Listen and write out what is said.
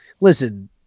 listen